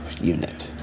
unit